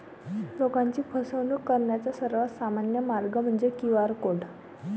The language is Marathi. लोकांची फसवणूक करण्याचा सर्वात सामान्य मार्ग म्हणजे क्यू.आर कोड